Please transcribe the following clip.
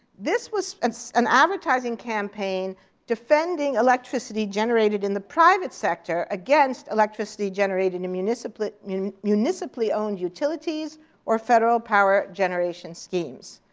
this was an an advertising campaign defending electricity generated in the private sector against electricity generated in municipally in municipally owned utilities or federal power generation schemes.